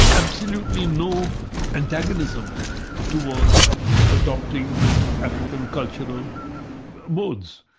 absolutely no antagonism towards adopting african cultural modes.